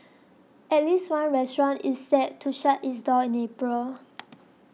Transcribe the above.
at least one restaurant is set to shut its doors in April